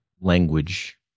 language